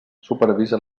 supervisa